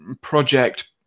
project